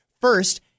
First